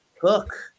Cook